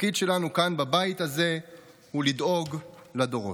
התפקיד שלנו כאן בבית הזה הוא לדאוג לדורות.